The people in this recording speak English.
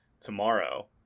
tomorrow